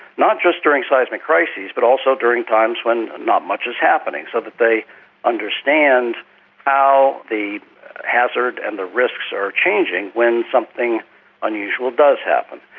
not just during seismic crises but also during times when not much is happening, so that they understand how the hazard and the risks are changing when something unusual does happen.